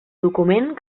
document